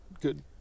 good